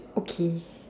okay